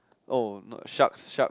oh not sharks sharks